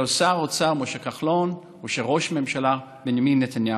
שר האוצר משה כחלון ושל ראש הממשלה בנימין נתניהו.